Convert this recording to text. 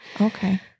Okay